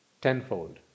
Tenfold